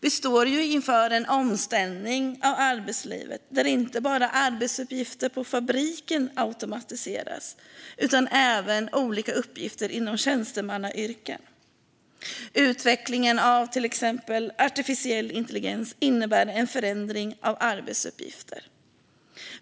Vi står inför en omställning av arbetslivet där inte bara arbetsuppgifter på fabriken automatiseras utan även olika uppgifter inom tjänstemannayrken. Utvecklingen av till exempel artificiell intelligens innebär en förändring av arbetsuppgifter.